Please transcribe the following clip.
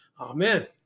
Amen